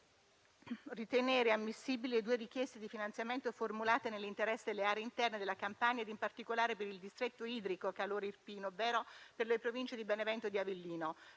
ritenere ammissibili due richieste di finanziamento formulate nell'interesse delle aree interne della Campania e in particolare per il distretto idrico Calore Irpino ovvero per le province di Benevento e di Avellino,